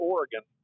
Oregon